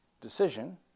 decision